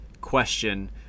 question